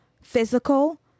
physical